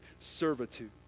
servitude